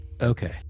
Okay